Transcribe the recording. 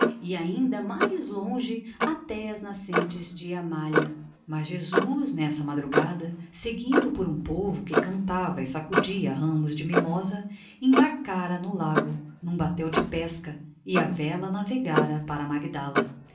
e ainda mais longe até às nascentes de amalha mas jesus nessa madrugada seguido por um povo que cantava e sacudia ramos de mimosa embarcara no lago num batel de pesca e à vela navegara para magdala